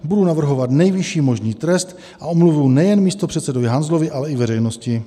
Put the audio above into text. Budu navrhovat nejvyšší možný trest a omluvu nejen místopředsedovi Hanzelovi, ale i veřejnosti.